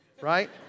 right